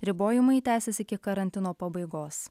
ribojimai tęsis iki karantino pabaigos